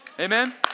amen